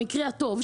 במקרה הטוב,